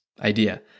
Idea